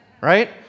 right